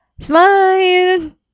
Smile